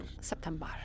September